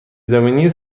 زمینی